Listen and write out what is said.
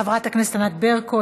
חברת הכנסת ענת ברקו,